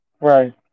Right